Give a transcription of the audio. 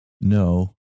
No